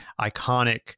iconic